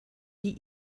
die